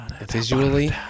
Visually